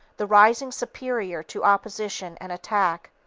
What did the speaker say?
the rising superior to opposition and attack,